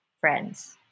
friends